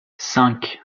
cinq